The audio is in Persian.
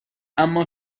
اما